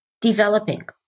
developing